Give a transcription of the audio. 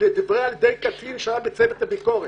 לדבריה על ידי קצין שהיה בצוות הביקורת.